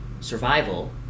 survival